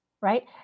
right